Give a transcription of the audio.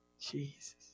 Jesus